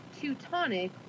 Teutonic